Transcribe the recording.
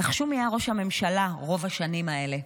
נחשו מי היה ראש הממשלה רוב השנים האלה.